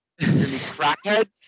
crackheads